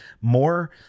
more